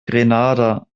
grenada